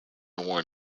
worn